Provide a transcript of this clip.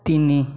ତିନି